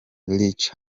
rick